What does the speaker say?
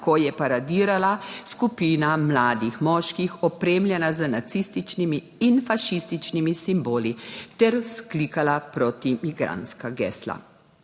ko je paradirala skupina mladih moških, opremljena z nacističnimi in fašističnimi simboli ter vzklikala proti migrantska gesla.